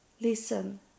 listen